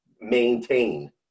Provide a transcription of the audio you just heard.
maintain